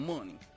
Money